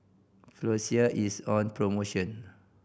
Floxia is on promotion